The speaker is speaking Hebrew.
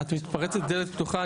גברתי, את מתפרצת לדלת פתוחה.